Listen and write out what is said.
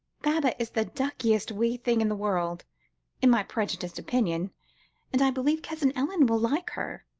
baba is the duckiest wee thing in the world in my prejudiced opinion and i believe cousin ellen will like her.